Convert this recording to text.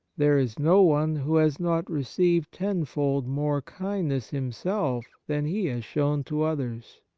there is no one who has not received ten fold more kindness himself than he has shown to others.